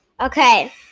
Okay